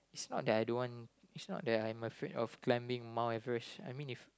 it's not that I don't want it's not that I'm afraid of climbing Mount-Everest I meant if